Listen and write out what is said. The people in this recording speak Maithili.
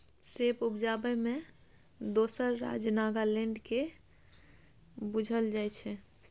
सेब उपजाबै मे दोसर राज्य नागालैंड केँ बुझल जाइ छै